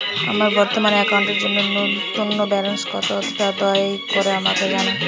আমার বর্তমান অ্যাকাউন্টের জন্য ন্যূনতম ব্যালেন্স কত তা দয়া করে আমাকে জানান